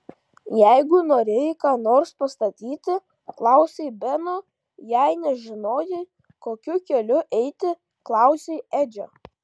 jeigu norėjai ką nors pastatyti klausei beno jei nežinojai kokiu keliu eiti klausei edžio